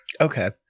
Okay